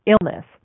illness